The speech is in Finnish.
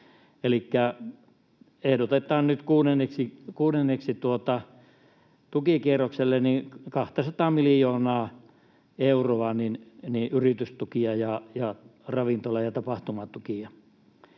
ehdotetaan kuudennelle tukikierrokselle 200:aa miljoonaa euroa yritystukia ja ravintola- ja tapahtumatukia.